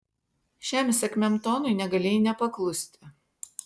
šiam įsakmiam tonui negalėjai nepaklusti